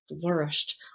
flourished